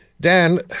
Dan